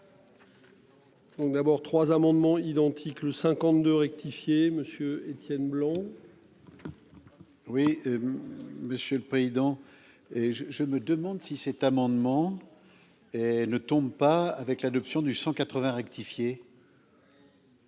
D'abord 3 amendements identiques, le 52 rectifié Monsieur Étienne Blanc. Oui. Monsieur le président. Et je je me demande si cet amendement. Et ne tombe pas avec l'adoption du 180 rectifié.